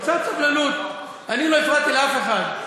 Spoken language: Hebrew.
אבל קצת סבלנות, אני לא הפרעתי לאף אחד.